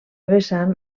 vessant